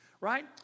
right